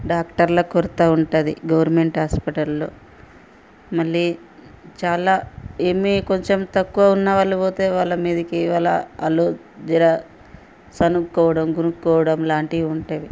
డాక్టర్ల కొరత ఉంటది గవర్నమెంట్ హాస్పిటల్లో మళ్ళీ చాలా ఏమీ కొంచెం తక్కువ ఉన్న వాళ్ళు పోతే వాళ్ళ మీదికి వాళ్ళ వాళ్ళు జర సనుక్కోవడం గొణుక్కోవడం లాంటివి ఉంటవి